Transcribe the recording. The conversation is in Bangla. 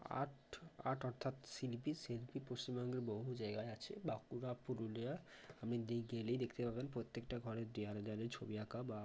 আর্ট আর্ট অর্থাৎ শিল্পী শিল্পী পশ্চিমবঙ্গের বহু জায়গায় আছে বাঁকুড়া পুরুলিয়া আপনি গেলেই দেখতে পাবেন প্রত্যেকটা ঘরের দেওয়ালে দেওয়ালে ছবি আঁকা বা